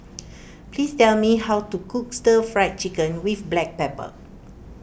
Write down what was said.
please tell me how to cook Stir Fried Chicken with Black Pepper